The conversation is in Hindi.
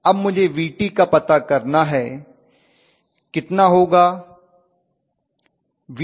अब मुझे Vt पता करना है कितना होगा Vt Eb IaRa